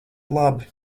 labi